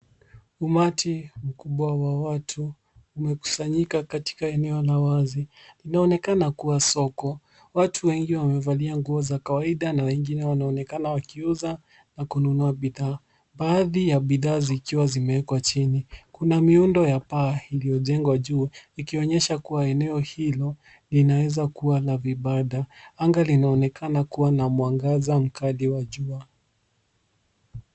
Umati mkubwa wa watu umekusanyika katika eneo la wazi. Inaonekana kuwa soko. Watu wengi wamevalia nguo za kawaida na wengine wanaonekana wakiuza na kununua bidhaa. Baadhi ya bidhaa zikiwa zimewekwa chini. Kuna miundo ya paa iliyojengwa juu ikionyesha kuwa eneo hilo linaeza kuwa la vibanda. Anga linaonekana kuwa na mwangaza mkali wa jua.